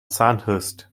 sandhurst